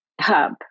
hub